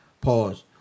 Pause